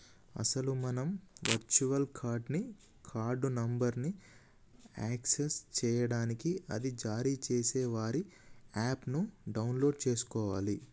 అసలు మనం virtual card ని కార్డు నెంబర్ను యాక్సెస్ చేయడానికి అది జారీ చేసే వారి యాప్ ను డౌన్లోడ్ చేసుకోవాలి